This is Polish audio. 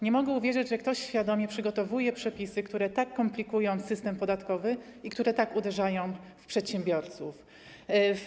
Nie mogę uwierzyć, że ktoś świadomie przygotowuje przepisy, które tak komplikują system podatkowy i które tak uderzają w przedsiębiorców.